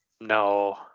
No